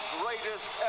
greatest